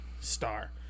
star